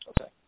Okay